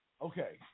okay